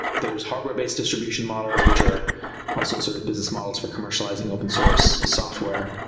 there's hardware-based distribution models, which are also sort of business models for commercializing open source software.